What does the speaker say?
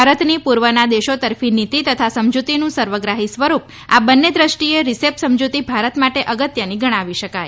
ભારતની પૂર્વના દેશો તરફી નીતિ તથા સમજુતીનું સર્વગ્રાફી સ્વરૂપ આ બંને દ્રષ્ટિએ રિસેપ સમજૂતી ભારત માટે અગત્યની ગણાવી શકાય